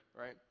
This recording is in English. right